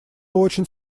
очень